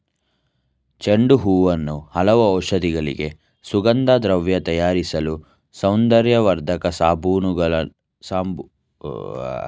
ಚೆಂಡು ಹೂವನ್ನು ಹಲವು ಔಷಧಿಗಳಿಗೆ, ಸುಗಂಧದ್ರವ್ಯ ತಯಾರಿಸಲು, ಸೌಂದರ್ಯವರ್ಧಕ ಸಾಬೂನುಗಳ ತಯಾರಿಕೆಯಲ್ಲಿಯೂ ಬಳ್ಸತ್ತರೆ